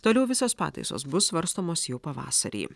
toliau visos pataisos bus svarstomos jau pavasarį